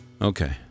Okay